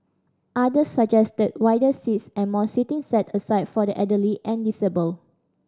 others suggested wider seats and more seating set aside for the elderly and disabled